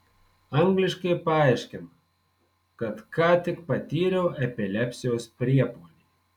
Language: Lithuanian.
angliškai paaiškina kad ką tik patyriau epilepsijos priepuolį